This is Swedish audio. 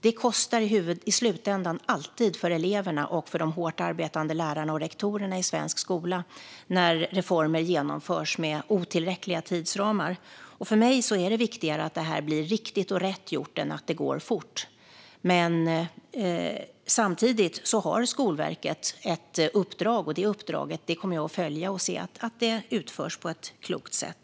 Det kostar i slutändan alltid för eleverna och för de hårt arbetande lärarna och rektorerna i svensk skola när reformer genomförs med otillräckliga tidsramar. För mig är det viktigare att detta blir riktigt och rätt gjort än att det går fort. Samtidigt har Skolverket ett uppdrag, och det kommer jag att följa för att se till att det utförs på ett klokt sätt.